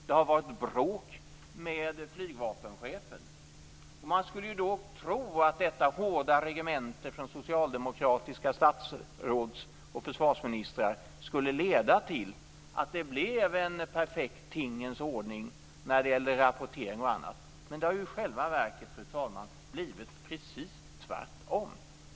Det har varit bråk med flygvapenchefen. Man skulle då tro att detta hårda regemente från socialdemokratiska statsråd och försvarsministrar skulle leda till att det blev en perfekt tingens ordning när det gäller rapportering och annat. Men det har i själva verket, fru talman, blivit precis tvärtom.